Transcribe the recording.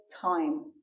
time